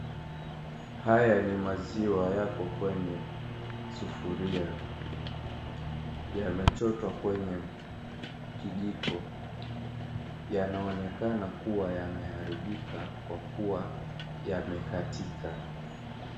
Haya ni maziwa yako kwenye sufuria, yamechotwa kwenye kijiko yanaonekana kuwa yameharibika kwa kuwa yamekatika.